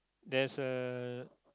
there's a